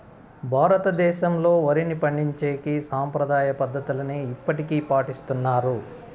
భారతదేశంలో, వరిని పండించేకి సాంప్రదాయ పద్ధతులనే ఇప్పటికీ పాటిస్తన్నారు